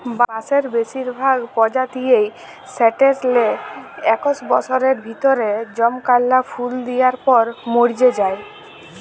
বাঁসের বেসিরভাগ পজাতিয়েই সাট্যের লে একস বসরের ভিতরে জমকাল্যা ফুল দিয়ার পর মর্যে যায়